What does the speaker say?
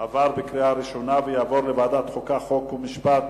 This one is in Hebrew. עברה בקריאה ראשונה ותועבר לוועדת חוקה, חוק ומשפט